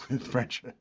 french